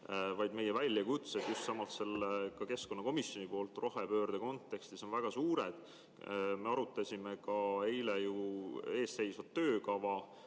vaid meie väljakutsed – just ka keskkonnakomisjoni poolt rohepöörde kontekstis – on väga suured. Me arutasime eile ees seisvat töökava,